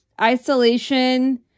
isolation